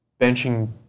benching